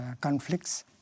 conflicts